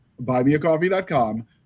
buymeacoffee.com